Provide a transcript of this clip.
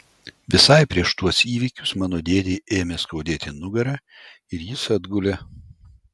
visai prieš tuos įvykius mano dėdei ėmė skaudėti nugarą ir jis atgulė